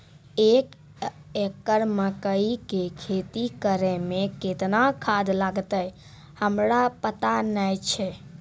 एक एकरऽ मकई के खेती करै मे केतना खाद लागतै हमरा पता नैय छै?